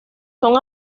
son